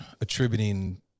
attributing